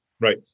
Right